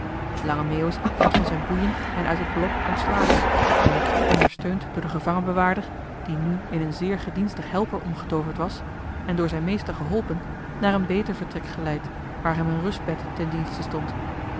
lange meeuwis werd van zijn boeien en uit het blok ontslagen en ondersteund door den gevangenbewaarder die nu in een zeer gedienstig helper omgetooverd was en door zijn meester geholpen naar een beter vertrek geleid waar hem een rustbed ten dienste stond